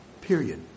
period